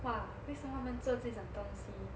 !wah! 为什么他们做这种东西